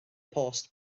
post